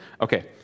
Okay